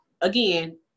again